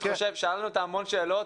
שאלנו אותה המון שאלות.